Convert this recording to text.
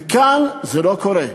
כאן זה לא קורה.